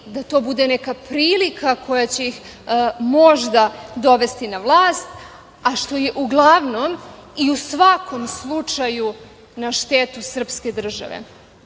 da to bude neka prilika koja će ih možda dovesti na vlast, a što je uglavnom i u svakom slučaju na štetu srpske države. Zbog